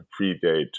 predate